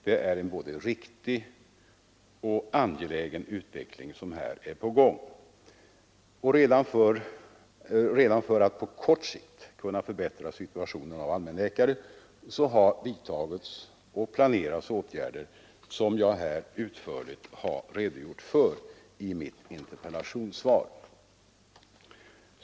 Det är en både riktig och angelägen verksamhet som är på gång, och redan för att på kort sikt kunna förbättra situationen för allmänläkare har vidtagits och planerats åtgärder som jag utförligt har redogjort för i mitt interpellationssvar.